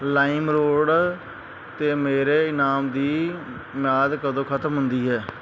Lime road 'ਤੇ ਮੇਰੇ ਇਨਾਮ ਦੀ ਮਿਆਦ ਕਦੋਂ ਖ਼ਤਮ ਹੁੰਦੀ ਹੈ